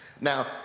Now